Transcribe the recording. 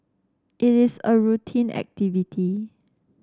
it is a routine activity